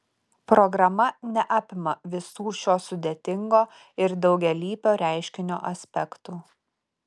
programa neapima visų šio sudėtingo ir daugialypio reiškinio aspektų